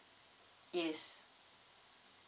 yes